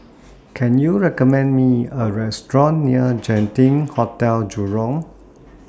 Can YOU recommend Me A Restaurant near Genting Hotel Jurong